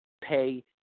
pay